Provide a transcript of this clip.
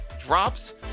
drops